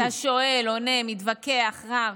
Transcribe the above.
אתה שואל, עונה, מתווכח, רב.